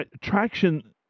traction